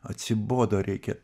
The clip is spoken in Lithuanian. atsibodo reikia